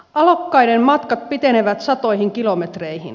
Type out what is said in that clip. alokkaiden matkat pitenevät satoihin kilometreihin